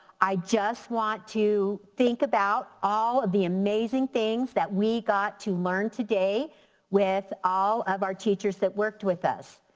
i just want to think about all of the amazing things that we got to learn today with all of our teachers that worked with us.